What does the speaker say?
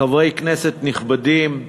כנסת נכבדים,